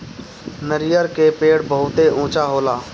नरियर के पेड़ बहुते ऊँचा होला